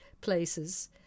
places